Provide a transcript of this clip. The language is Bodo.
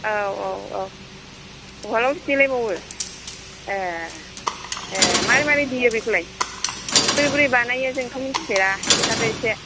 औ औ औ उवालावसो देलायबावो ए ए मारै मारै देयो बेखौलाय बोरै बोरै बानायो जोंथ' मिथिफेरा खिन्थादो इसे